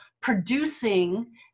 producing